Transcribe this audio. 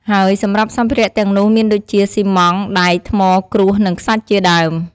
ហើយសម្រាប់សម្ភារៈទាំងនោះមានដូចជា ស៊ីម៉ង់ត៍ ដែក ថ្ម គ្រួស និងខ្សាច់ជាដើម។